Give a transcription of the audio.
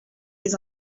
les